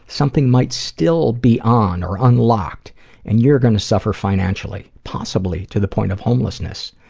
something might still be on or unlocked and you're gonna suffer financially. possibly, to the point of homeless.